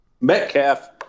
Metcalf –